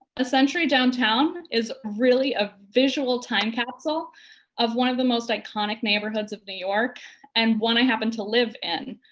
a century downtown is really a visual time capsule of one of the most iconic neighborhoods of new york and one i happen to live in.